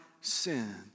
sin